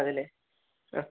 അതെയല്ലേ ആ